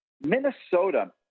Minnesota